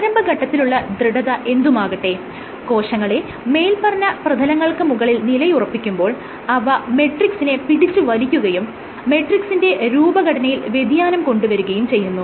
പ്രാരംഭഘട്ടത്തിലുള്ള ദൃഢത എന്തുമാകട്ടെ കോശങ്ങളെ മേല്പറഞ്ഞ പ്രതലങ്ങൾക്ക് മുകളിൽ നിലയുറപ്പിക്കുമ്പോൾ അവ മെട്രിക്സിനെ പിടിച്ചുവലിക്കുകയും മെട്രിക്സിന്റെ രൂപഘടനയിൽ വ്യതിയാനം കൊണ്ടുവരുകയും ചെയ്യുന്നു